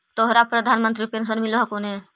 तोहरा प्रधानमंत्री पेन्शन मिल हको ने?